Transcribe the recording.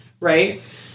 right